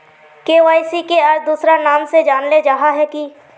KYC के आर दोसरा नाम से जानले जाहा है की?